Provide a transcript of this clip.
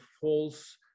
false